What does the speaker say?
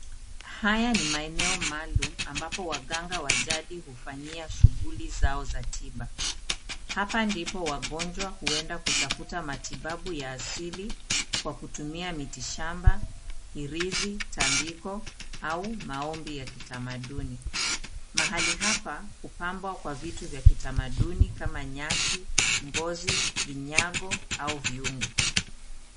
Haya ni maeneo maalum ambapo waganga wa jadi hufanyia shughuli zao za tiba. Hapa ndipo wagonjwa huenda kutafuta matibabu ya asili kwa kutumia miti shamba, hirizi, tambiko au maombi ya kitamaduni. Mahali hapa hupambwa kwa vitu vya kitamaduni kama nyasi, ngozi, vinyago au vyungu.